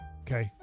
Okay